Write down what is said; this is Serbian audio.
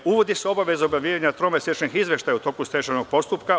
Uvodi se obaveza objavljivanja tromesečnih izveštaja u toku stečajnog postupka.